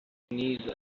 knees